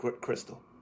Crystal